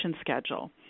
schedule